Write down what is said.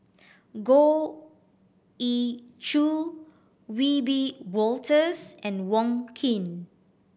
Goh Ee Choo Wiebe Wolters and Wong Keen